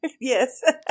yes